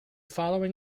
following